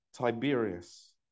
Tiberius